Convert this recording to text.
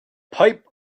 pipe